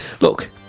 Look